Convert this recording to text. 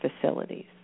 facilities